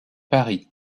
paris